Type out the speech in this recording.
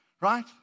Right